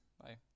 bye